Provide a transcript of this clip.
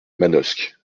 manosque